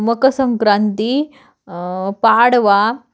Makar Sankranti Padwa